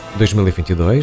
2022